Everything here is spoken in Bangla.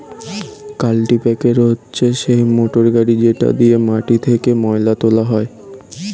কাল্টিপ্যাকের হচ্ছে সেই মোটর গাড়ি যেটা দিয়ে মাটি থেকে ময়লা তোলা হয়